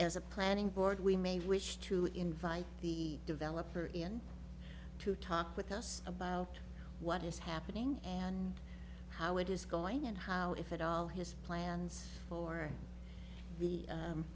as a planning board we may wish to invite the developer in to talk with us about what is happening and how it is going and how if at all his plans for the